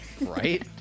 Right